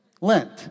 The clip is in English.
Lent